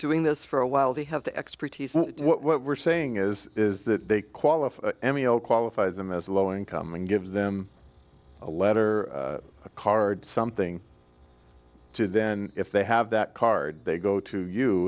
doing this for a while they have the expertise and what we're saying is is that they qualify qualifies them as low income and gives them a letter a card something to then if they have that card they go to you